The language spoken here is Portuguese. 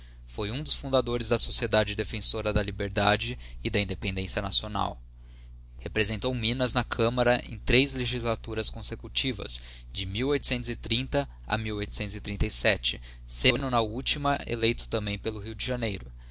foi um dos fundadores da sociedade defensora da liberdade e ia independência nacional representou minas na camará em três legislaturas consecutivas de e de selo na ultima eleito também pelo rio de janeiro